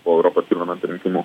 po europos perlamento rinkimų